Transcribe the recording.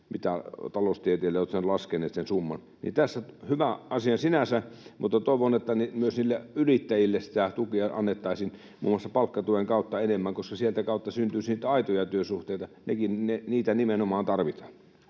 — taloustieteilijät ovat laskeneet sen summan. Tässä on hyvä asia sinänsä, mutta toivon, että myös niille yrittäjille tukea annettaisiin muun muassa palkkatuen kautta enemmän, koska sieltä kautta syntyisi niitä aitoja työsuhteita. Niitä nimenomaan tarvitaan.